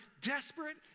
desperate